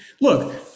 look